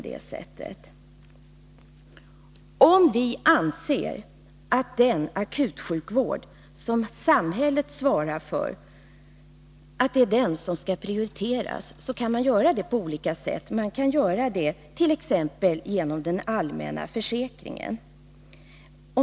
Den som anser att den akutsjukvård som samhället svarar för skall prioriteras kan verka för det på olika sätt. Man kan t.ex. gå fram via den allmänna försäkringen.